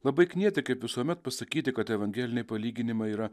labai knieti kaip visuomet pasakyti kad evangeliniai palyginimai yra